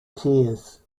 tiers